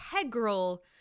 integral